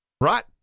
right